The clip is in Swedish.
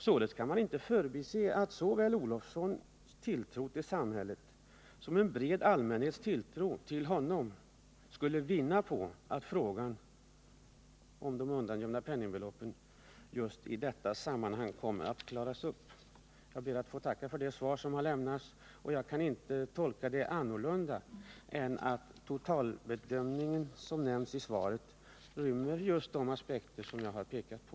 Således kan man inte förbise att såväl Olofssons tilltro till samhället som en bred allmänhets tilltro till honom skulle vinna på att frågan om de undangömda penningbeloppen just i detta sammanhang kom att klaras upp. Jag ber att få tacka för det svar som har lämnats. Jag kan inte tolka det annorlunda än att totalbedömningen som nämns i svaret inrymmer just de aspekter som jag har pekat på.